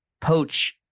poach